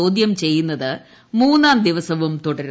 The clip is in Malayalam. ചോദ്യം ചെയ്യുന്നത് മൂന്നാം ദിവസവും തുടരുന്നു